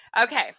Okay